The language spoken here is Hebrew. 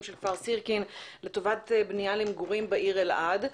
של כפר סירקין לטובת בנייה למגורים בעיר אלעד.